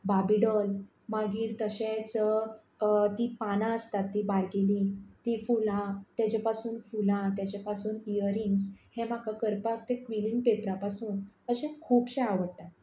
बाबी डॉल मागीर तशेंच तीं पानां आसतात तीं बारकेलीं तीं फुलां ताजे पासून फुलां ताजे पासून यरिंग्स हें म्हाका करपाक ते क्विलींग पेपरा पासून अशे खुबशे आवडटात